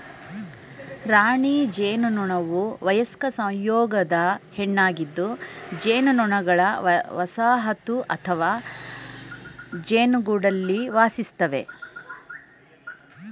ರಾಣಿ ಜೇನುನೊಣವುವಯಸ್ಕ ಸಂಯೋಗದ ಹೆಣ್ಣಾಗಿದ್ದುಜೇನುನೊಣಗಳವಸಾಹತುಅಥವಾಜೇನುಗೂಡಲ್ಲಿವಾಸಿಸ್ತದೆ